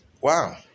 wow